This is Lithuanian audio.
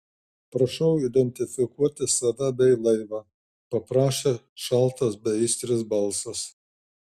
prašau identifikuoti save bei laivą paprašė šaltas beaistris balsas